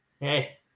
Hey